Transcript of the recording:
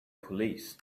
police